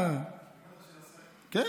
אני